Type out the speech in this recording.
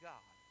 God